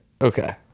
okay